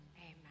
Amen